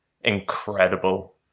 incredible